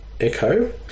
echo